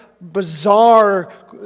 bizarre